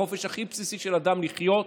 החופש הכי בסיסי של אדם לחיות,